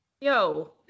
Yo